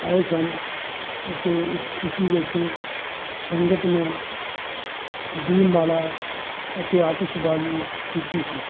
ਆਏ ਸਨ ਅਤੇ ਇਸ ਖੁਸ਼ੀ ਵਿੱਚ ਸੰਗਤ ਨੇ ਦੀਪਮਾਲਾ ਅਤੇ ਆਤਿਸ਼ਬਾਜ਼ੀ ਕੀਤੀ ਸੀ